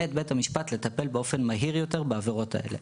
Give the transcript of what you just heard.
את בית המשפט לטפל באופן מהיר יותר בעבירות האלה.